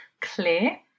clear